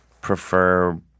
prefer